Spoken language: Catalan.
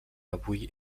avui